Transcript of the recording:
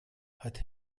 hat